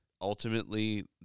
ultimately